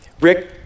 Rick